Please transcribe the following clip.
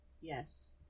Yes